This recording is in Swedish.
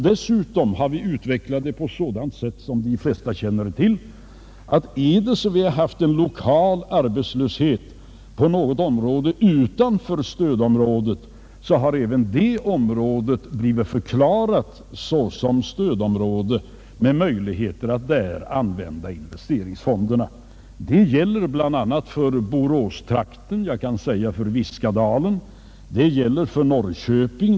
Dessutom har vi tillämpat sådana principer — vilket de flesta känner till — att om det funnits en lokal arbetslöshet inom något område utanför stödområdet, så har även det området blivit förklarat som stödområde med möjligheter att där använda investeringsfonderna. Det gäller bl.a. för Boråstrakten, för Viskadalen och det gäller för Norrköping.